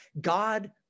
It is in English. God